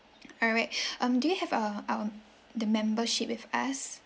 alright um do you have a uh the membership with us